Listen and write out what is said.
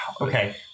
Okay